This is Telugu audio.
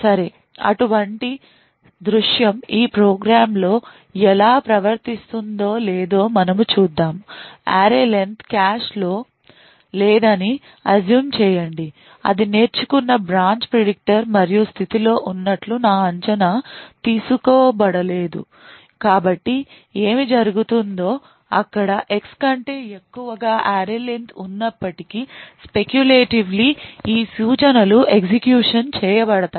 సరే అటువంటి దృశ్యం ఈ ప్రోగ్రామ్ ఎలా ప్రవర్తిస్తుందోలేదని మనము చూద్దాం array len కాష్ లో లేదని అస్సుమ్ చేయండి అది నేర్చుకున్న బ్రాంచ్ ప్రిడిక్టర్ మరియు స్థితిలో ఉన్నట్లు నా అంచనా తీసుకోబడలేదు కాబట్టి ఏమి జరుగుతుందో అక్కడ X కంటే ఎక్కువగా array len ఉన్నప్పటికీ స్పెకులేటివ్లీ ఈ సూచనలుఎగ్జిక్యూషన్ చేయబడతాయి